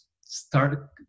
start